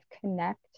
connect